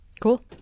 Cool